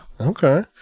Okay